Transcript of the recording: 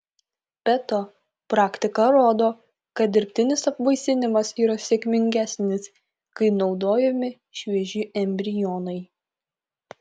be to praktika rodo kad dirbtinis apvaisinimas yra sėkmingesnis kai naudojami švieži embrionai